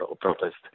protest